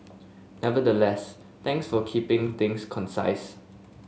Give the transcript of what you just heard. nevertheless thanks for keeping things concise